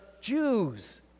Jews